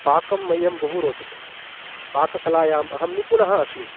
पाकं मह्यं बहु रोचते पाककलायाम् अहं निपुणः अस्मि